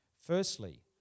Firstly